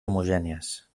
homogènies